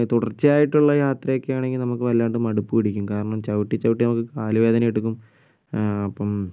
തുടർച്ചയായിട്ടുള്ള യാത്രയൊക്കെ ആണെങ്കിൽ നമുക്ക് വല്ലാതെ മടുപ്പ് പിടിക്കും കാരണം ചവിട്ടി ചവിട്ടി നമുക്ക് കാലു വേദനയെടുക്കും അപ്പം